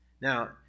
Now